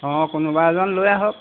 অঁ কোনোবা এজন লৈ আহক